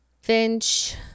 finch